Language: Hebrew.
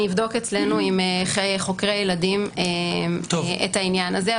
אני אבדוק אצלנו עם חוקרי ילדים את העניין הזה.